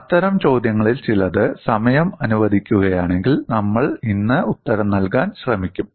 അത്തരം ചോദ്യങ്ങളിൽ ചിലത് സമയം അനുവദിക്കുകയാണെങ്കിൽ നമ്മൾ ഇന്ന് ഉത്തരം നൽകാൻ ശ്രമിക്കും